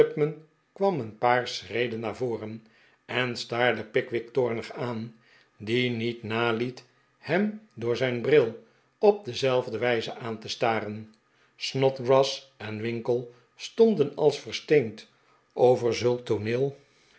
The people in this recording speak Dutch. kwam een paar schreden naar voren en staarde pickwick toornig aan die niet naliet hem door zijn bril op dezelfde wijze aan te staren snodgrass en winkle stonden als versteend over zulk een tooneel